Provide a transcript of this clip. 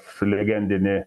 su legendine